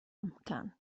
amcan